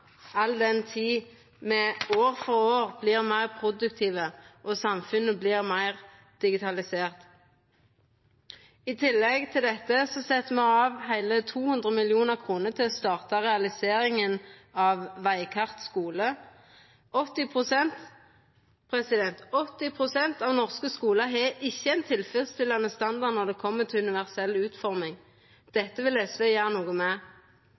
all den tid me år for år vert meir produktive, og samfunnet vert meir digitalisert. I tillegg set me av heile 200 mill. kr til å starta realiseringa av «Veikart» for skulen. 80 pst. – 80 pst., president – av norske skular har ikkje ein tilfredsstillande standard når det gjeld universell utforming. Dette vil SV gjera noko med.